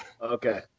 Okay